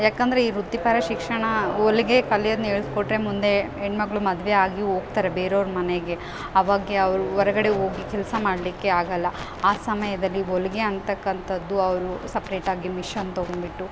ಯಾಕಂದರೆ ಈ ವೃತ್ತಿಪರ ಶಿಕ್ಷಣ ಹೊಲ್ಗೆ ಕಲಿಯೋದ್ನ ಹೇಳ್ಕೊಟ್ರೆ ಮುಂದೆ ಹೆಣ್ ಮಗಳು ಮದುವೆ ಆಗಿ ಹೋಗ್ತಾರೆ ಬೇರೋರ ಮನೆಗೆ ಆವಾಗ ಅವರು ಹೊರಗಡೆ ಹೋಗಿ ಕೆಲಸ ಮಾಡಲಿಕ್ಕೆ ಆಗೋಲ್ಲ ಆ ಸಮಯದಲ್ಲಿ ಹೊಲ್ಗೆ ಅಂತಕ್ಕಂಥದ್ದು ಅವರು ಸಪ್ರೆಟ್ ಆಗಿ ಮಿಷನ್ ತಗೊಂಡ್ಬಿಟ್ಟು